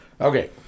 Okay